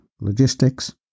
logistics